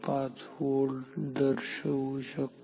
5 volt दर्शवू शकतो